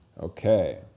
okay